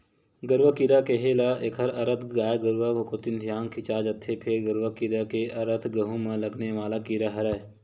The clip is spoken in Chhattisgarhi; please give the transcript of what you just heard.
गरुआ कीरा केहे ल एखर अरथ गाय गरुवा कोती धियान खिंचा जथे, फेर गरूआ कीरा के अरथ गहूँ म लगे वाले कीरा हरय